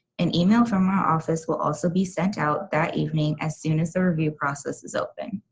an email from my office will also be sent out that evening as soon as the review process is open.